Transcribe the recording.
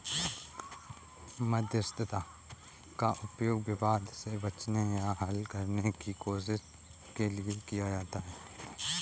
मध्यस्थता का उपयोग विवाद से बचने या हल करने की कोशिश के लिए किया जाता हैं